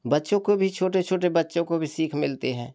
बच्चों को भी छोटे छोटे बच्चों को भी सीख मिलती है